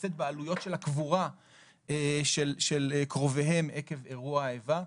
בעלויות של הקבורה של קרוביהם עקב אירוע איבה.